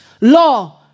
law